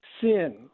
Sin